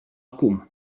acum